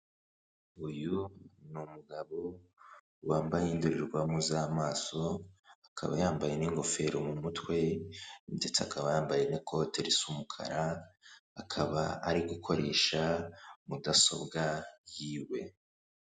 Uyu ni umugabo wambaye indorerwamo z'amaso, akaba yambaye n'ingofero mu mutwe, ndetse akaba yambaye n'ikote risa umukara, akaba ari gukoresha mudasobwa yiwe.